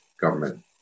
government